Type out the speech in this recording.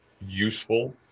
useful